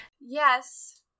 Yes